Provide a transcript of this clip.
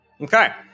Okay